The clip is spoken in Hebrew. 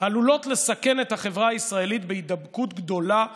עלולות לסכן את החברה הישראלית בהידבקות גדולה בקורונה,